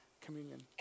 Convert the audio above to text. communion